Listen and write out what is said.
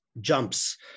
jumps